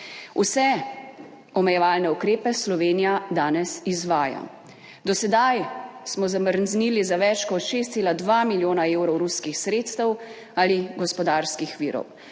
Vse omejevalne ukrepe Slovenija danes izvaja. Do sedaj smo zamrznili za več kot 6,2 milijona evrov ruskih sredstev ali gospodarskih virov.